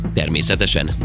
természetesen